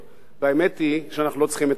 והאמת היא שאנחנו לא צריכים את המדד,